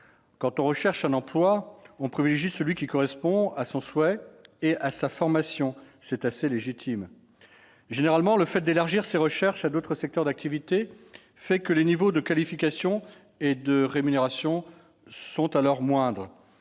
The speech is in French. Quand on recherche un emploi, on privilégie celui qui correspond à son souhait et à sa formation, ce qui est assez légitime. Généralement, le fait d'élargir ses recherches à d'autres secteurs d'activité fait que les niveaux de qualification et de rémunération sont alors moindres.